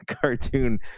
cartoon